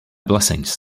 blessings